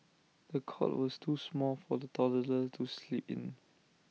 the cot was too small for the toddler to sleep in